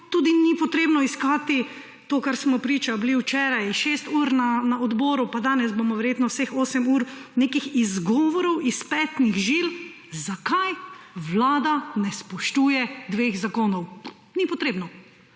tudi ni potrebno iskati to, kar smo priča bili včeraj šest ur na odboru, pa danes bomo verjetno vseh osem ur nekih izgovorov iz petnih žil, zakaj vlada ne spoštuje dveh zakonov? Ni potrebno.